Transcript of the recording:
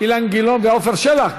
אילן גילאון, וגם עפר שלח.